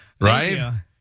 Right